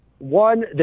One